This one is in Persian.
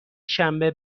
شنبه